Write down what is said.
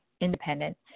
independent